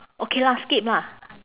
okay lah skip lah